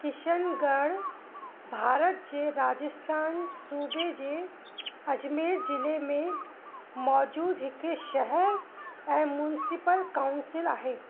किशनगढ़ भारत जे राजस्थान सूबे जे अजमेर जिले में मौजूदु हिकु शहरु ऐं म्युनिसिपल काउंसिल आहे